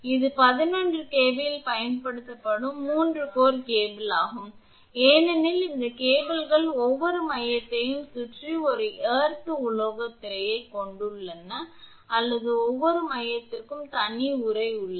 இது 11 kV இல் பயன்படுத்தப்படும் 3 கோர் கேபிள் ஆகும் ஏனெனில் இந்த கேபிள்கள் ஒவ்வொரு மையத்தையும் சுற்றி ஒரு எர்த் உலோகத் திரையைக் கொண்டுள்ளன அல்லது ஒவ்வொரு மையத்திற்கும் தனி உறை உள்ளது